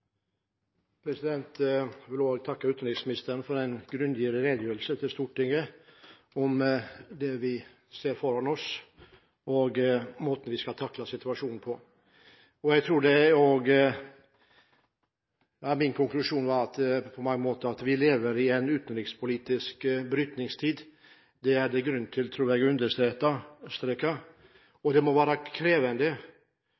vil også takke utenriksministeren for en grundig redegjørelse til Stortinget om det vi ser foran oss, og måten vi skal takle situasjonen på. Min konklusjon er at vi på mange måter lever i en utenrikspolitisk brytningstid. Det tror jeg det er det grunn til